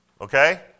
Okay